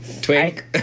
Twink